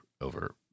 over